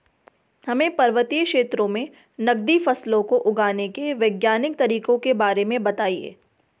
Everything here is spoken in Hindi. हमें पर्वतीय क्षेत्रों में नगदी फसलों को उगाने के वैज्ञानिक तरीकों के बारे में बताइये?